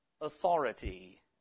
authority